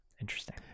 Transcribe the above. interesting